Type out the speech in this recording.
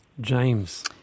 James